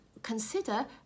Consider